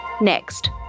Next